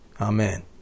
Amen